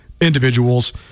individuals